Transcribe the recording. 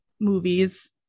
movies